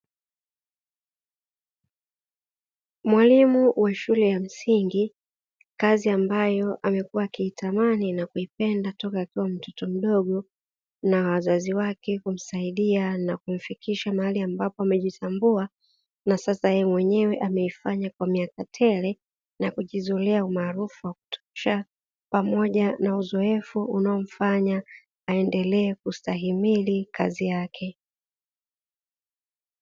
Mwalimu wa shule ya msingi; kazi ambayo amekuwa akiitamani na kuipenda toka akiwa mtoto mdogo na wazazi wake kumsaidia na kumfikisha mahali ambapo amejitambua na sasa yeye mwenyewe ameifanya kwa miaka tele na kujizolea umaarufu wa kutosha pamoja na uzoefu unaomfanya aendelee kustahimili kazi yake.